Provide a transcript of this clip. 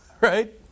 right